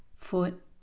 foot